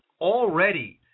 Already